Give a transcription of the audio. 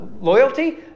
Loyalty